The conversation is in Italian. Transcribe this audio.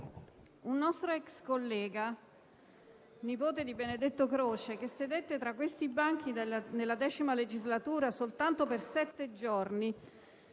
un nostro ex collega, nipote di Benedetto Croce, che sedette tra questi banchi nella X legislatura soltanto per sette giorni,